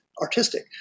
artistic